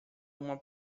uma